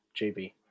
JB